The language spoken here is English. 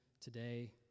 today